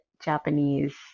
japanese